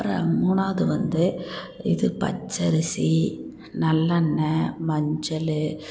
அப்புறம் மூணாவது வந்து இது பச்சை அரிசி நல்லெண்ணெய் மஞ்சள்